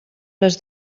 les